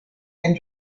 and